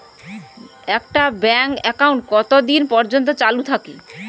একটা bank account কতদিন পর্যন্ত চালু থাকে?